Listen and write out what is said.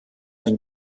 ein